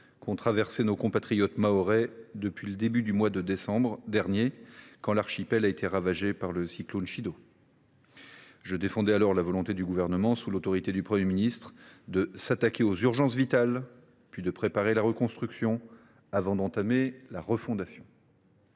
que connaissent nos compatriotes mahorais depuis le mois de décembre dernier, quand l’archipel a été ravagé par le cyclone Chido. Je défendais alors la volonté du Gouvernement, sous l’autorité du Premier ministre, de s’attaquer aux urgences vitales, puis de préparer la reconstruction, avant d’entamer la refondation.